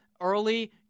early